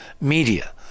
media